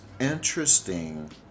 interesting